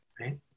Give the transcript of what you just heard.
right